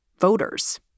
voters